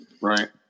Right